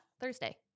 Thursday